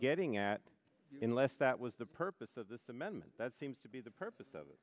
getting at in less that was the purpose of this amendment that seems to be the purpose of